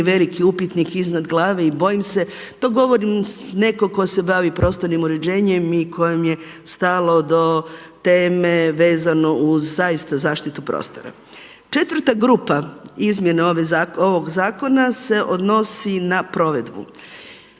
veliki upitnik iznad glave i bojim se. To govorim kao neko tko se bavi prostornim uređenjem i kojem je stalo do teme vezano uz zaista zaštitu prostora. Četvrta grupa izmjena ovog zakona se odnosi na provedbu